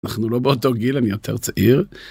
אנחנו לא באותו גיל אני יותר צעיר.